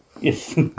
Yes